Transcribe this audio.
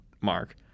mark